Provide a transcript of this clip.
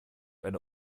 eine